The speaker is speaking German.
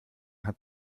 hat